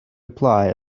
apply